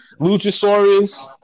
Luchasaurus